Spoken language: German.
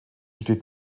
steht